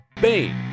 Bane